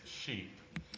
sheep